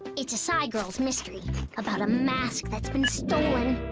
it's a scigirls mystery about a mask that's been stolen.